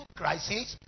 crisis